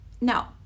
No